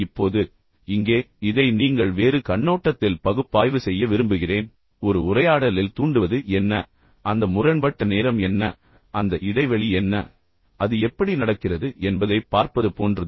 இப்போது இங்கே இதை நீங்கள் வேறு கண்ணோட்டத்தில் பகுப்பாய்வு செய்ய விரும்புகிறேன் ஒரு உரையாடலில் தூண்டுவது என்ன அந்த முரண்பட்ட நேரம் என்ன அந்த இடைவெளி என்ன அது எப்படி நடக்கிறது என்பதைப் பார்ப்பது போன்றது